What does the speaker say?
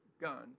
gun